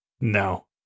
No